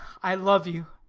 i love you.